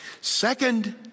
Second